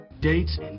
Dates